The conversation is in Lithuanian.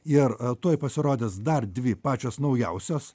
ir tuoj pasirodys dar dvi pačios naujausios